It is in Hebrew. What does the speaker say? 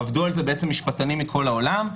עבדו על זה משפטנים מכל העולם.